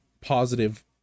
positive